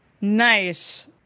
nice